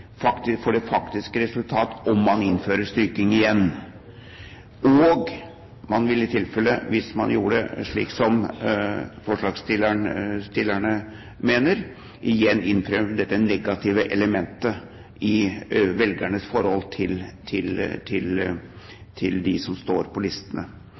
det faktiske resultat om man innfører strykning igjen. Man ville i tilfelle, hvis man gjorde slik som forslagsstillerne mener, igjen innføre dette negative elementet i velgernes forhold til dem som står på listene.